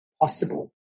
possible